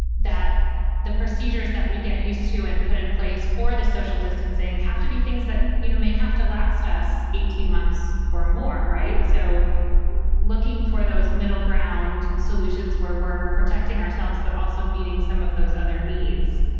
that the procedures that we get used to and put in place for the social distancing have to be things that, you know, may have to last us eighteen months or more. right. so we're looking for those middle ground solutions where we're protecting ourselves, but also meeting some of those other needs.